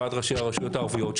ועד ראשי הרשויות הערביות,